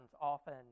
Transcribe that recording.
often